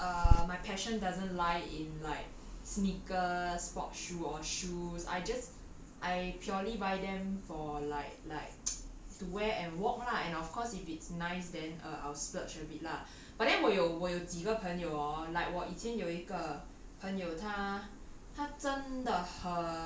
I don't think I'll do it because err my passion doesn't lie in like sneakers sports shoe or shoes I just I purely buy them for like like to wear and walk lah and of course if it's nice then I'll splurge a bit lah but then 我有我有几个朋友 hor like 我以前有一个朋友他